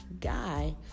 guy